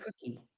cookie